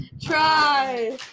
Try